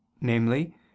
namely